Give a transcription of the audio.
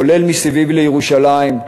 כולל מסביב לירושלים,